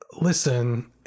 listen